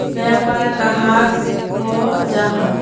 व्यापार कहाक को जाहा?